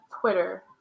Twitter